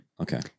Okay